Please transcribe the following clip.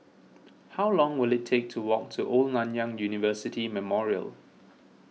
how long will it take to walk to Old Nanyang University Memorial